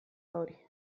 hori